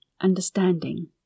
understanding